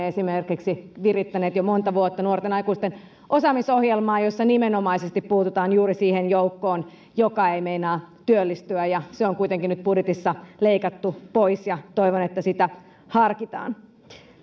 esimerkiksi olemme virittäneet jo monta vuotta nuorten aikuisten osaamisohjelmaa jossa nimenomaisesti puututaan juuri siihen joukkoon joka ei meinaa työllistyä se on kuitenkin nyt budjetissa leikattu pois ja toivon että sitä harkitaan